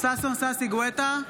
ששון ששי גואטה,